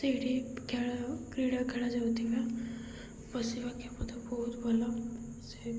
ସେଇଠି ଖେଳ କ୍ରୀଡ଼ା ଖେଳ ଯାଉଥିବା ବସିବା କ୍ଷମତା ବହୁତ ଭଲ ସେ